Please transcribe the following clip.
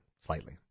slightly